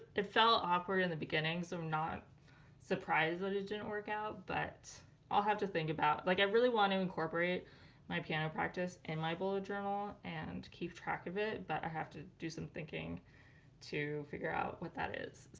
it felt awkward in the beginning so i'm not surprised that it didn't work out but i'll have to think about. like i really want to incorporate my piano practice in my bullet journal and keep track of it, but i have to do some thinking to figure out what that is.